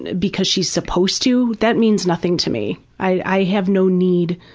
because she is supposed to, that means nothing to me. i have no need,